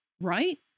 right